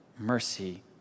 Mercy